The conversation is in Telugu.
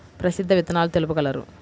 ప్రసిద్ధ విత్తనాలు తెలుపగలరు?